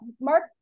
Mark